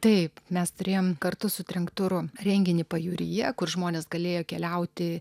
taip mes turėjom kartu su trenk turu renginį pajūryje kur žmonės galėjo keliauti